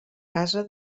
casa